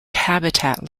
habitat